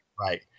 Right